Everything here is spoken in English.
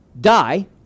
die